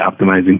optimizing